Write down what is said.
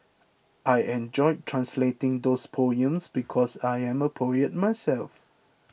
I enjoyed translating those poems because I am a poet myself